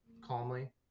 calmly